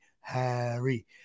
Harry